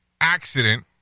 accident